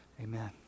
Amen